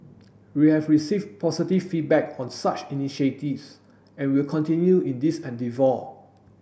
we have received positive feedback on such initiatives and will continue in this endeavour